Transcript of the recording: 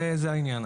זה העניין.